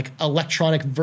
electronic